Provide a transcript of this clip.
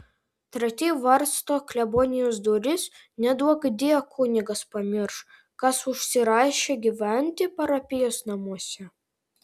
treti varsto klebonijos duris neduokdie kunigas pamirš kas užsirašė gyventi parapijos namuose